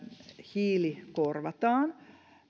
hiili korvataan